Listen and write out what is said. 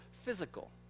physical